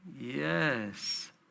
Yes